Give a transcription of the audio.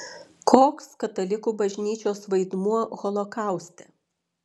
koks katalikų bažnyčios vaidmuo holokauste